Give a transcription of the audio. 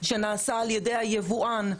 שנעשה על ידי היבואן.